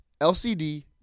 LCD